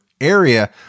area